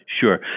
Sure